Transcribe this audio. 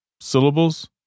syllables